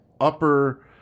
upper